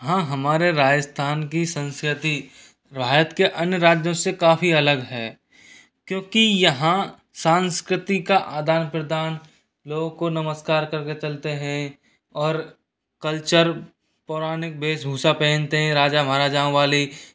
हाँ हमारे राजस्थान की संस्कृति भारत के अन्य राज्यों से काफ़ी अलग है क्योंकि यहाँ संस्कृति का आदान प्रदान लोगों को नमस्कार करके चलते हैं और कल्चर पौराणिक वेशभूषा पहनते हैं राजा महाराजाओं वाली